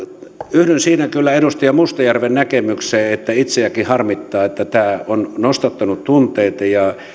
yhdyn siinä kyllä edustaja mustajärven näkemykseen että itseänikin harmittaa että tämä on nostattanut tunteita ja